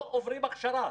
לא עוברים הכשרה.